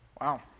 Wow